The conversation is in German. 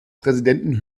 präsidenten